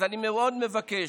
אז אני מאוד מבקש: